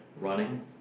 running